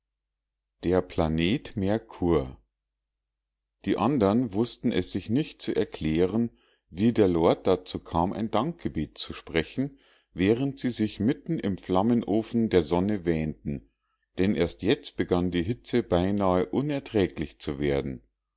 der planet merkur die andern wußten es sich nicht zu erklären wie der lord dazu kam ein dankgebet zu sprechen während sie sich mitten im flammenofen der sonne wähnten denn erst jetzt begann die hitze beinahe unerträglich zu werden